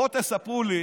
בואו תספרו לי